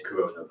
coronavirus